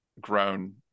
grown